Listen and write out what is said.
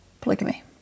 polygamy